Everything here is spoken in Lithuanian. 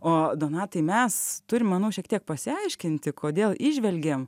o donatai mes turim manau šiek tiek pasiaiškinti kodėl įžvelgėm